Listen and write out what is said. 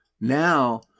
now